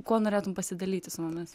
kuo norėtum pasidalyti su mumis